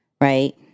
right